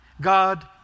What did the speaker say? God